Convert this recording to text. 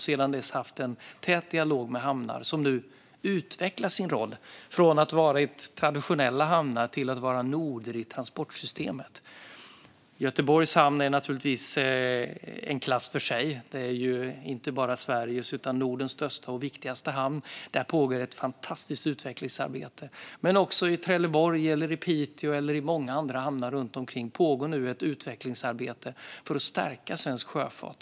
Sedan dess har jag haft en tät dialog med hamnarna. De utvecklar nu sin roll från att vara traditionella hamnar till att vara noder i transportsystemet. Göteborgs hamn är naturligtvis i en klass för sig. Den är inte bara Sveriges utan också Nordens största och viktigaste hamn. Där pågår ett fantastiskt utvecklingsarbete. Det gäller också i Trelleborg, Piteå och i många andra hamnar. Där pågår ett utvecklingsarbete för att stärka svensk sjöfart.